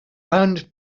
round